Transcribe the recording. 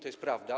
To jest prawda.